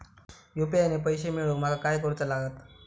UPI ने पैशे मिळवूक माका काय करूचा लागात?